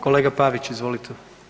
Kolega Pavić, izvolite.